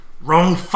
Wrong